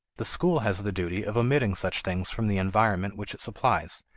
the school has the duty of omitting such things from the environment which it supplies,